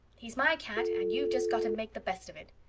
he's my cat and you've just got to make the best of it.